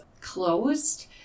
closed